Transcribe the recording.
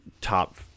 top